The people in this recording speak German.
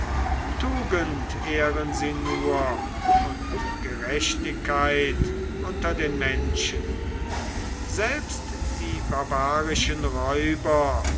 tugend ehren sie nur und gerechtigkeit unter den menschen selbst die barbarischen räuber